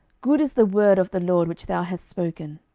good is the word of the lord which thou hast spoken.